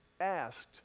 asked